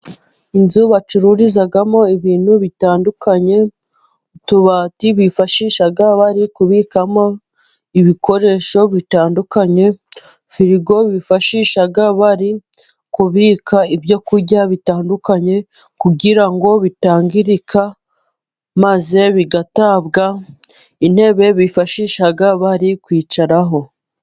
Inzu bacururizamo ibintu bitandukanye, utubati bifashisha bari kubikamo ibikoresho bitandukanye, firigo bifashisha bari kubika ibyo kurya bitandukanye kugira ngo bitangirika maze bigatabwa, intebe bifashisha bari kwicaraho.